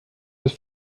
des